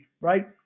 right